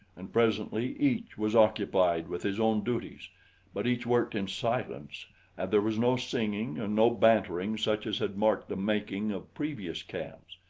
and presently each was occupied with his own duties but each worked in silence and there was no singing and no bantering such as had marked the making of previous camps.